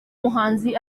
muhanzi